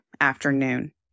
afternoon